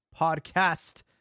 podcast